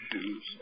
shoes